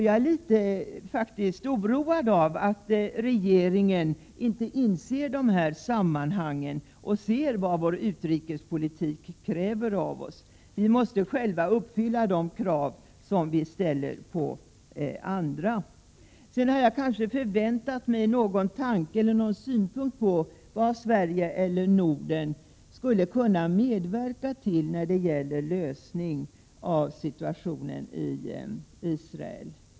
Jag är faktiskt oroad över att regeringen inte inser dessa sammanhang och ser vad vår utrikespolitik kräver av oss. Vi måste själva uppfylla de krav som vi ställer på andra. Jag hade förväntat mig någon tanke om eller synpunkt på vad Sverige eller Norden skulle kunna medverka till när det gäller en lösning av situationen i Israel.